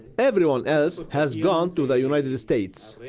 everyone else has gone to the united states.